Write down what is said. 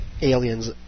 aliens